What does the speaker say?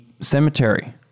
cemetery